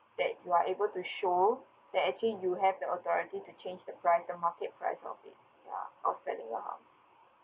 that you are to show that actually you have the authority to change the price the market price of it ya outselling amounts